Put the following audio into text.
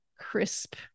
Crisp